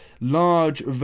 large